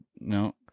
No